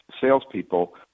salespeople